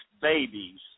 babies